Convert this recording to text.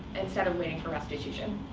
instead of waiting for restitution.